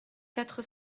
quatre